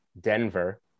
Denver